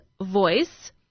voice